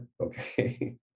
Okay